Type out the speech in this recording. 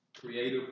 Creative